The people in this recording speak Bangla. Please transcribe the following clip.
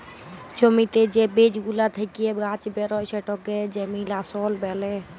জ্যমিতে যে বীজ গুলা থেক্যে গাছ বেরয় সেটাকে জেমিনাসল ব্যলে